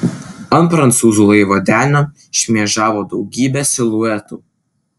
ant prancūzų laivo denio šmėžavo daugybė siluetų